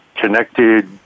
Connected